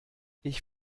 ich